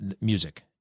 music